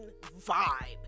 vibe